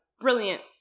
brilliant